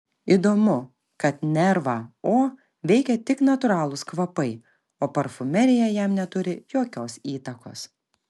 įdomu kad nervą o veikia tik natūralūs kvapai o parfumerija jam neturi jokios įtakos